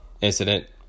incident